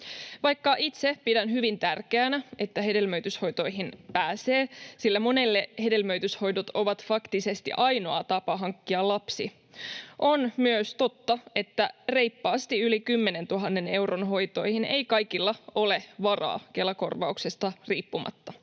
vaikka itse pidän hyvin tärkeänä, että hedelmöityshoitoihin pääsee, sillä monelle hedelmöityshoidot ovat faktisesti ainoa tapa hankkia lapsi. On myös totta, että reippaasti yli 10 000 euron hoitoihin ei kaikilla ole varaa Kela-korvauksesta riippumatta,